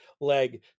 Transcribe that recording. leg